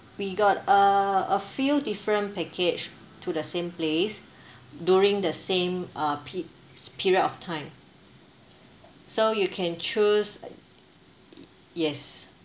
we got uh a few different package to the same place during the same uh pe~ period of time so you can choose yes